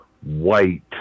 white